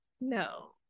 no